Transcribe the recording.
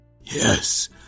Yes